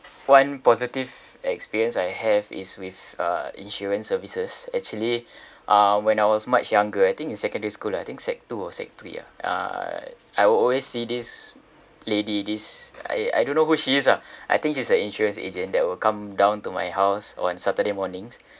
one positive experience I have is with uh insurance services actually uh when I was much younger I think in secondary school ah I think sec two or sec three ah uh I will always see this lady this I I don't know who she is ah I think she's an insurance agent that will come down to my house on saturday mornings